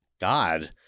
God